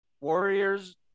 Warriors